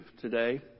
today